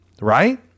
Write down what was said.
right